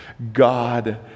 God